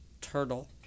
turtle